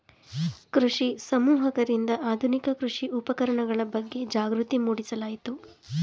ಕೃಷಿ ಸಮೂಹಕರಿಂದ ಆಧುನಿಕ ಕೃಷಿ ಉಪಕರಣಗಳ ಬಗ್ಗೆ ಜಾಗೃತಿ ಮೂಡಿಸಲಾಯಿತು